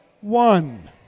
One